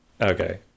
Okay